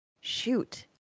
shoot